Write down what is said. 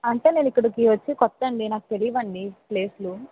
అంటే నేను ఇక్కడికి వచ్చి కొత్త అండి నాకు తెలియదండి ప్లేసులు